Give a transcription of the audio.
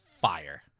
fire